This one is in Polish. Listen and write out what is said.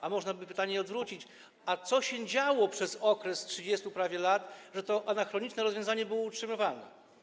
A można by pytanie odwrócić: A co się działo przez okres prawie 30 lat, że to anachroniczne rozwiązanie było utrzymywane?